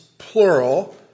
plural